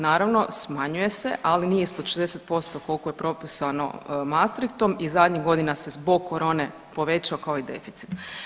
Naravno smanjuje se, ali nije ispod 40% koliko je propisano Mastrichtom i zadnjih godina se zbog corone povećao kao i deficit.